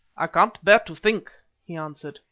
i can't bear to think, he answered,